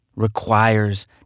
requires